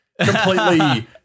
Completely